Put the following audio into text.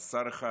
אז שר אחד